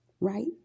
right